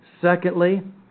Secondly